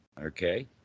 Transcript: okay